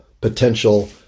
potential